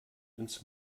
ins